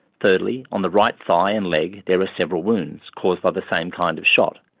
thirdly, on the right thigh and leg there are several wounds, caused by the same kind of shot,